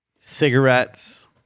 Cigarettes